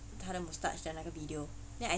他的 moustache 那个 video then I